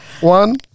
One